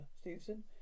Stevenson